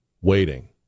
waiting